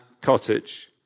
cottage